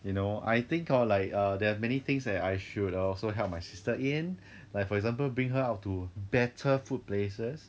you know I think err like err there are many things that I should also help my sister in like for example bring her out to better food places